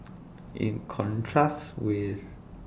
in contrast with